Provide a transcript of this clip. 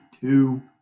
two